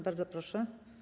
Bardzo proszę.